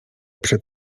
przed